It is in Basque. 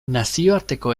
nazioarteko